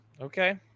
Okay